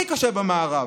הכי קשה במערב.